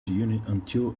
until